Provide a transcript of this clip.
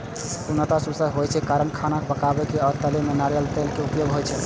उष्णता सुचालक होइ के कारण खाना पकाबै आ तलै मे नारियल तेलक उपयोग होइ छै